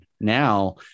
Now